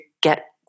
get